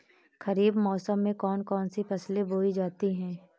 खरीफ मौसम में कौन कौन सी फसलें बोई जाती हैं?